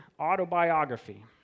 autobiography